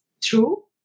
true